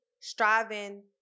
striving